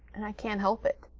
and i can't help it.